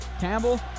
Campbell